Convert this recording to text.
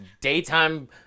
daytime